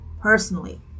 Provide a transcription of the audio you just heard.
personally